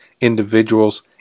individuals